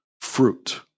fruit